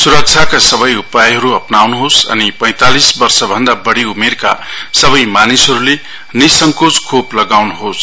सुरक्षाका सबै उपायहरू अपनाउनुहोस् अनि पैंतालीस वर्षभन्दा बढ़ी उमेरका सबै मानिसहरूले निसन्देह खोप लगाउनुहोस्